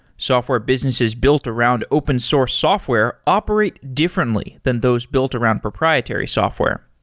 software businesses built around open source software operate differently than those built around proprietary software.